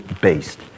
based